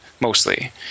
mostly